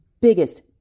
Biggest